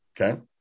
Okay